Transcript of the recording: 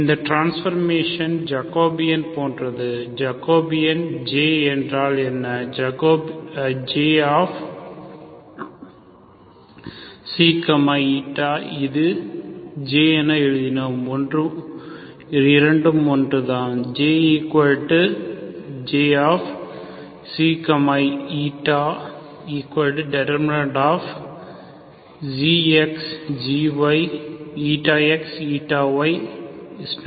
இந்த transformation Jacobian போன்றது ஜக்கோபியன்J என்றால் என்ன Jξ η இது நாம் J என எழுதினோம் இரண்டும் ஒன்றுதான் JJξ η x y ηx ηy ≠0